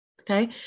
okay